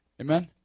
Amen